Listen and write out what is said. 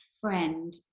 friend